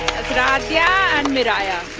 radhya and miraya.